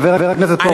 חבר הכנסת פרוש.